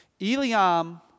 Eliam